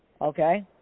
Okay